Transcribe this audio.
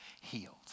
healed